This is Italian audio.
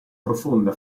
profonda